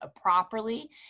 properly